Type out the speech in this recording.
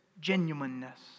Genuineness